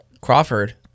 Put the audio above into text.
Crawford